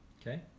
okay